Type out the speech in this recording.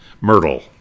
Myrtle